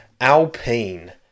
Alpine